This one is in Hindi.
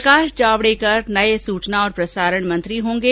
प्रकाश जावड़ेकर नये सुचना और प्रसारण मंत्री होंगे